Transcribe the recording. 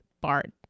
Bart